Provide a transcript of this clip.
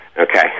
Okay